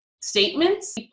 statements